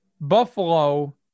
Buffalo